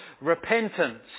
repentance